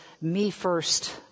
me-first